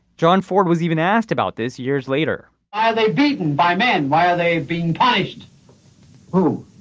john ford was even asked about this years later are they beaten by men. why are they being punished who